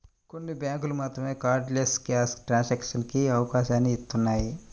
కొన్ని బ్యేంకులు మాత్రమే కార్డ్లెస్ క్యాష్ ట్రాన్సాక్షన్స్ కి అవకాశాన్ని ఇత్తన్నాయి